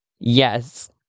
Yes